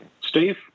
Steve